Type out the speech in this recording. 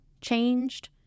changed